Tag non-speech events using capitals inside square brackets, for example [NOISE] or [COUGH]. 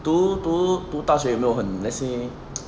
读读读大学有没有很 let's say [NOISE]